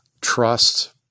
trust